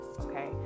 okay